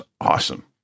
awesome